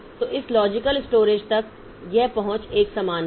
तो इस logical storage तक यह पहुंच एकसमान है